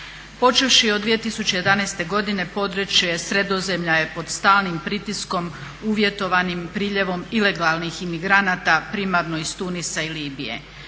Počevši od 2011. godine područje Sredozemlja je pod stalnim pritiskom uvjetovanim priljevom ilegalnih imigranata primarno iz Tunisa i Libije.